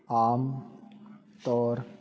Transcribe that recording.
ਆਮ ਤੌਰ